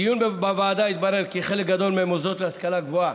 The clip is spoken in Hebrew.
בדיון בוועדה התברר כי חלק גדול מהמוסדות להשכלה גבוהה,